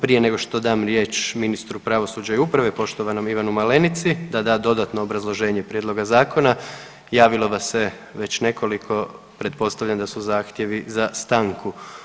Prije nego što dam riječ ministru pravosuđa i uprave, poštovanom Ivanu Malenici da da dodatno obrazloženje prijedloga zakona, javilo vas se već nekoliko pretpostavljam da su zahtjevi za stanku.